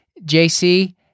JC